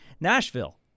Nashville